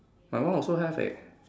my one also have eh